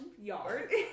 yard